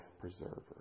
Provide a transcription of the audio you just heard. preserver